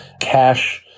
cash